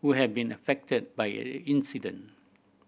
who have been affected by incident